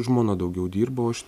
žmona daugiau dirba o aš